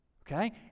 Okay